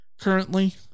currently